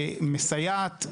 היא מסייעת.